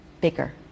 bigger